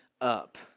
up